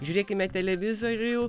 žiūrėkime televizorių